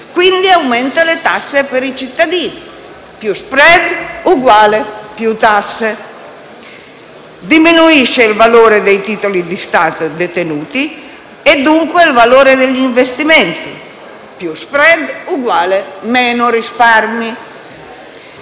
quindi, aumenta le tasse per i cittadini: più *spread* uguale più tasse; diminuisce il valore dei titoli di Stato detenuti e dunque il valore degli investimenti: più *spread* uguale meno risparmi;